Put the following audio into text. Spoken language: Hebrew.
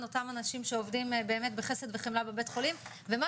אותם אנשים שעובדים באמת בחסד וחמלה בבית חולים ומה